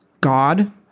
God